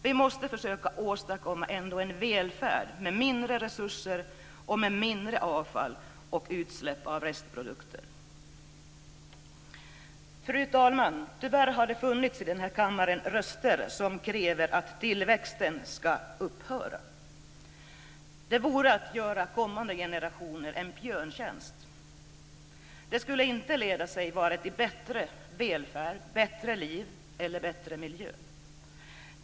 Vi måste försöka åstadkomma en välfärd med mindre resurser och med mindre avfall och utsläpp av restprodukter. Fru talman! Tyvärr har det i denna kammare funnits röster som kräver att tillväxten ska upphöra. Det vore att göra kommande generationer en björntjänst. Det skulle inte leda till vare sig bättre välfärd, bättre liv eller bättre miljö.